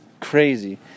crazy